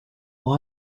why